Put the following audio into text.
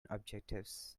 objectives